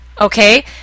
okay